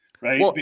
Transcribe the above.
right